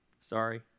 sorry